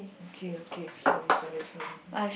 okay okay sorry sorry sorry okay